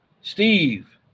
Steve